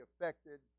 affected